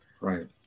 right